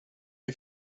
wir